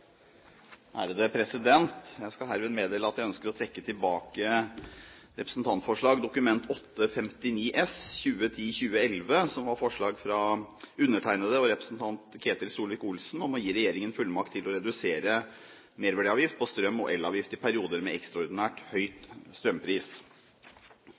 Jeg vil herved meddele at jeg ønsker å trekke tilbake Representantforslag 59 S for 2010–2011, som var forslag fra undertegnede og representanten Ketil Solvik-Olsen om å gi regjeringen fullmakt til å redusere merverdiavgift på strøm og elavgift i perioder med ekstraordinært